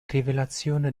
rivelazione